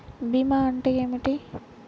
భీమా అంటే ఏమిటి?